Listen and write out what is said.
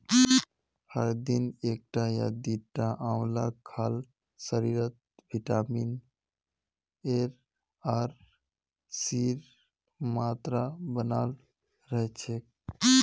हर दिन एकटा या दिता आंवला खाल शरीरत विटामिन एर आर सीर मात्रा बनाल रह छेक